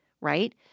Right